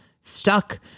stuck